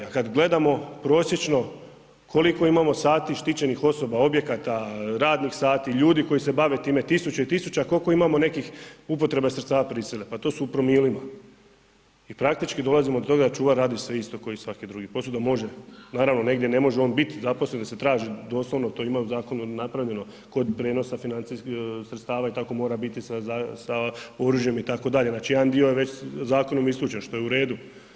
A kad gledamo prosječno koliko imamo sati štićenih osoba, objekata, radnih sati ljudi koji se bave time, tisuća i tisuća, a koliko imamo nekih upotreba sredstava prisile, pa to su u promilima i praktički dolazimo do toga da čuvar radi sve isto ko i svaki drugi osim da može, naravno negdje ne može on biti zaposlen jer se traži doslovno to ima i u zakonu napravljeno, kod prijenosa financijskih sredstava mora biti sa oružjem itd., znači jedan dio je već zakonom isključen što je u redu.